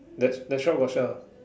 that that shop got sell or not